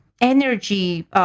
energy